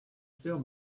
still